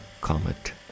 comet